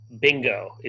Bingo